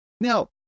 Now